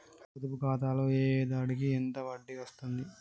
పొదుపు ఖాతాలో ఒక ఏడాదికి ఎంత వడ్డీ వస్తది?